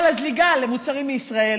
אבל הזליגה למוצרים מישראל